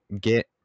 get